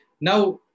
Now